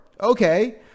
Okay